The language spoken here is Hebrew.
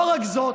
לא רק זאת,